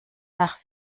nach